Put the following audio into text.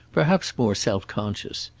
perhaps more self-conscious.